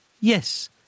yes